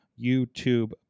YouTube